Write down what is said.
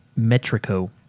Metrico